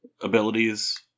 abilities